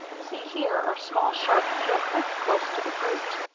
see, here are small sharp heel prints close to the root.